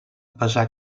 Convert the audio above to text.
pesar